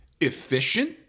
efficient